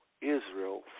Israel